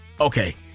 okay